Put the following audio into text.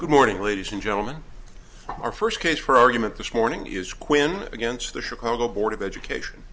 good morning ladies and gentlemen our first case for argument this morning is quinn against the chicago board of education